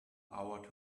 hour